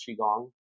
qigong